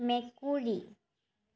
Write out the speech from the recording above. মেকুৰী